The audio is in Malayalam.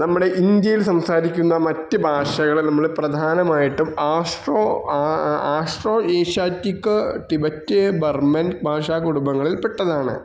നമ്മുടെ ഇന്ത്യയിൽ സംസാരിക്കുന്ന മറ്റ് ഭാഷകളെ നമ്മൾ പ്രധാനമായിട്ടും Austro Austro Asiatic Tibetan Burman ഭാഷാ കുടുംബങ്ങളിൽ പെട്ടതാണ്